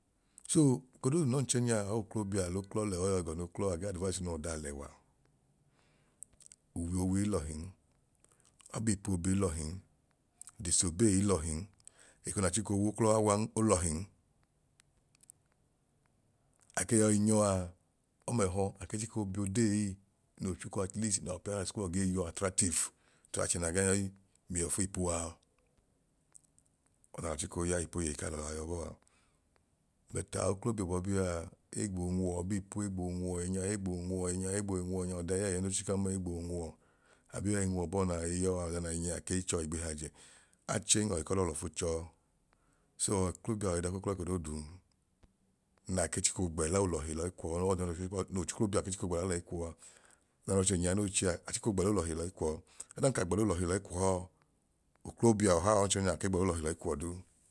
Soo eko doodu n'ọnchọnyaọ or oklobia l'uklọ lẹ or oyọi gọ n'uklọ agee advice'inu ọdalẹwa uwiowii lọhin ọbiipu obi ilọhin disobey ilọhin, eko naa chiko w'uklọa awan olọhin ake yọi nyọa ọmẹhọ ake chiko bi odeei ei noo chiko at least n'appearance kuwọ gee yọ attractive to achẹ naa gaa nyọi mii yọ fu ipuwaa, ọda alọ chiko ya ipoyeyi k'alọ a yọbọa but aoklobia obọbia egboo nwuọ ọbiipu egboo nwu ẹnya egboo nwuọ ẹnya egboo nwuọ ẹnya ọdẹyẹẹyẹyi no chikan ma egboo nwuọ, abe yọi nwuọ naa yọi yọọ bọọa ọda naa nyia akei chọọ igbihajẹ, achen ọyi kọlọọ lọfu chọọ. soo oklobia yọi dọk'uklọ eko dooduu naa ke chiko gbẹla olọhi lẹyi kwọọ oọda noo no oklobia ke chiko gbẹla leyi kuwọ a, ọda n'ọchẹ nyia noi chea achiko gbẹlo olọhi leyi kwọọ. Odan ka gbẹlo olọhi lẹyi kwọọ oklobiaa ọha or ọnchọnyaa gee gbẹlo olọhi lẹyi kuwọ duu